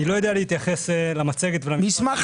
אני לא יודע להתייחס למצגת ולמסמך --- מסמך